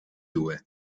due